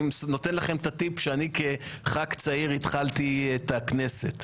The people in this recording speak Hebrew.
אני נותן לכם את הטיפ שאני כח"כ צעיר התחלתי את הכנסת.